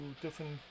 different